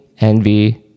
envy